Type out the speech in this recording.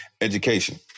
education